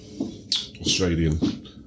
Australian